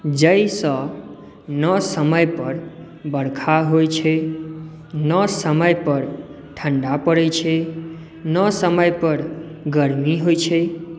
जाहिसँ ने समयपर बरखा होइत छै ने समयपर ठण्ढा पड़ैत छै ने समयपर गर्मी होइत छै